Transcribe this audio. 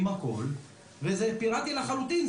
עם הכל וזה פיראטי לחלוטין,